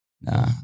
Nah